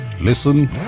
Listen